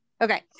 Okay